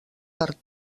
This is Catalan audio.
per